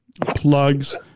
plugs